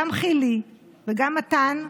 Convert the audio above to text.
גם חילי וגם מתן,